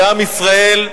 בעם ישראל,